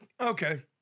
Okay